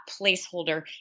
placeholder